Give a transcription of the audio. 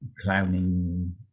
clowning